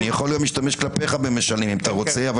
אני יכול להשתמש גם כלפיך במשלים אם אתה רוצה,